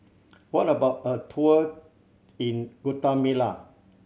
how about a tour in Guatemala